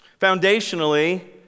Foundationally